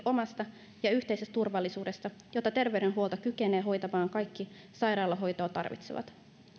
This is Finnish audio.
omasta ja yhteisestä turvallisuudesta jotta terveydenhuolto kykenee hoitamaan kaikki sairaalahoitoa tarvitsevat